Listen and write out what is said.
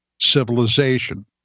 civilization